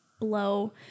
blow